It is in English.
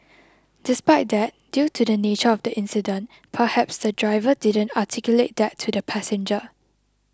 despite that due to the nature of the incident perhaps the driver didn't articulate that to the passenger